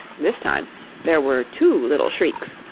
this time there were two little shrieks,